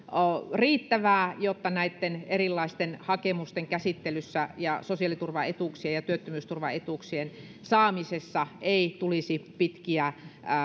riittävää jotta näitten erilaisten hakemusten käsittelyssä ja sosiaaliturvaetuuksien ja työttömyysturvaetuuksien saamisessa ei tulisi pitkiä